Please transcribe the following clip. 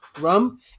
rum